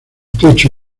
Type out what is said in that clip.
techo